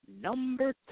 Number